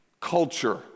culture